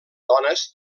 dones